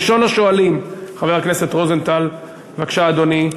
ראשון השואלים, חבר הכנסת רוזנטל, בבקשה, אדוני,